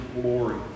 glory